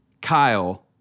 Kyle